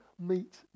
meet